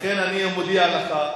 לכן אני מודיע לך,